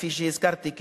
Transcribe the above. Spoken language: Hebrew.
כפי שהזכרתי,